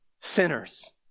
Sinners